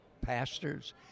pastors